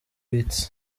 beatz